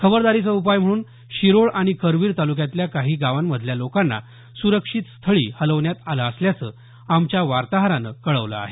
खबरदारीचा उपाय म्हणून शिरोळ आणि करवीर तालुक्यातल्या काही गावांमधल्या लोकांना सुरक्षित स्थळी हलवण्यात आलं असल्याचं आमच्या वार्ताहरानं कळवलं आहे